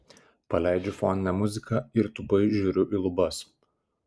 paleidžiu foninę muziką ir tūpai žiūriu į lubas